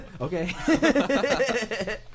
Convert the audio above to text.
Okay